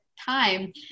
time